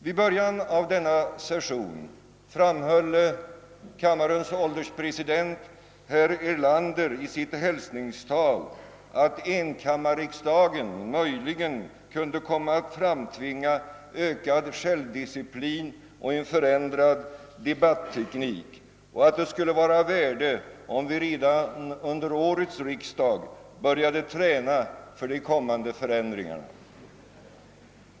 Vid början av denna session framhöll kammarens ålderspresident herr Erlander i sitt hälsningstal, att enkammarriksdagen möjligen kunde komma att framtvinga ökad självdisciplin och en förändrad debatteknik och att det skulle vara av värde om vi redan vid årets riksdag började träna för de kommande förändringarna.